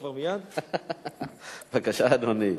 בבקשה, אדוני.